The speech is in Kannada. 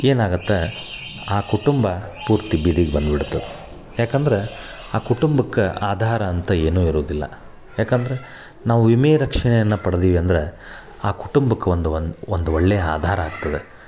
ಏನಾಗುತ್ತೆ ಆ ಕುಟುಂಬ ಪೂರ್ತಿ ಬೀದಿಗೆ ಬಂದು ಬಿಡ್ತು ಯಾಕಂದ್ರೆ ಆ ಕುಟುಂಬಕ್ಕೆ ಆಧಾರ ಅಂತ ಏನು ಇರುವುದಿಲ್ಲ ಯಾಕಂದ್ರೆ ನಾವು ವಿಮೆ ರಕ್ಷಣೆಯನ್ನು ಪಡ್ದೀವಿ ಅಂದ್ರೆ ಆ ಕುಟುಂಬಕ್ಕೆ ಒಂದು ಒಂದು ಒಂದು ಒಳ್ಳೆಯ ಆಧಾರ ಆಗ್ತದೆ